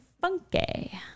funky